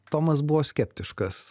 tomas buvo skeptiškas